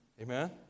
Amen